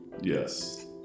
Yes